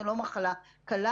זו לא מחלה קלה.